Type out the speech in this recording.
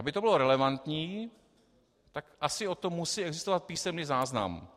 Aby to bylo relevantní, tak asi o tom musí existovat písemný záznam.